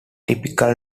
typical